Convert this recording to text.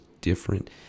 different